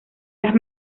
las